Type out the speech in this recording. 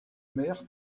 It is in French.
mère